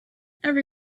every